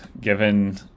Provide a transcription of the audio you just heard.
given